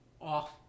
off